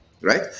right